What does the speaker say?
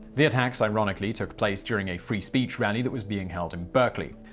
the attacks, ironically, took place during a free speech rally that was being held in berkeley.